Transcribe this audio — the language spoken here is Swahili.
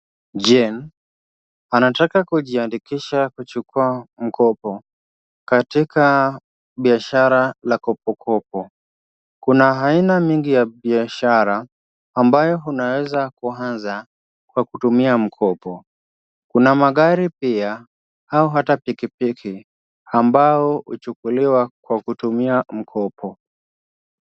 Jane, anataka kujiandikisha kuchukua mkopo katika biashara la KopoKopo. Kuna aina mingi ya biashara ambayo unaeza anza kwa kutumia mkopo. Kuna magari pia au hata pikipiki ambayo huchukuliwa kwa kutumia mkopo.